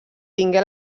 tingué